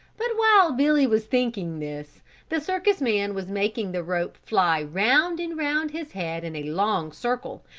but while billy was thinking this the circus-man was making the rope fly round and round his head in a long circle,